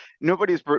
nobody's